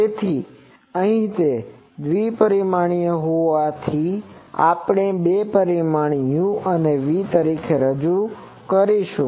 તેથી અહીં તે દ્વિ પરિમાણીય હોવાથી આપણે બે પરિમાણો U અને V રજૂ કરીશું